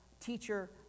teacher